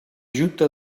junta